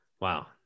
Wow